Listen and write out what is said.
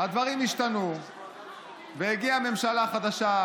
הדברים השתנו והגיעה ממשלה חדשה,